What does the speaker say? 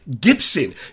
Gibson